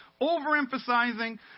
overemphasizing